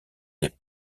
des